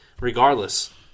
regardless